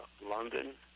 London